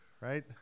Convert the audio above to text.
right